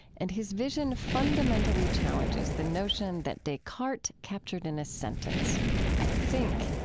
and his vision fundamentally challenges the notion that descartes captured in a sentence i think,